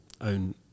own